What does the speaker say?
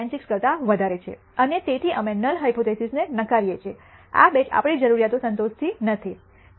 96 કરતા વધારે છે અને તેથી અમે નલ હાયપોથીસિસ ને નકારી છીએ આ બેચ આપણી જરૂરિયાતો સંતોષતી નથી